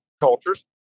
cultures